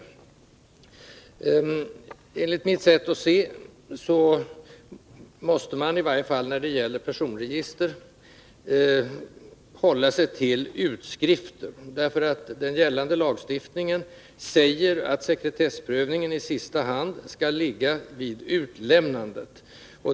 Enligt mitt sätt att se måste man i varje fall när det gäller personregister hålla sig till utskriften, eftersom gällande lagstiftning föreskriver att sekretessprövningen i sista hand skall ligga vid utlämnandet.